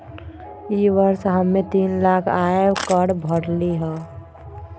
ई वर्ष हम्मे तीन लाख आय कर भरली हई